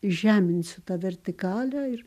žeminsiu tą vertikalę ir